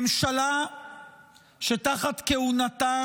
ממשלה שתחת כהונתה